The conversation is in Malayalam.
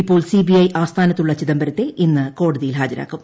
ഇപ്പോൾ സിബിഐ ആസ്ഥാനത്തുള്ള ചിദംബരത്തെ ഇന്ന് കോടതിയിൽ ഹാജരാക്കും